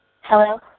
Hello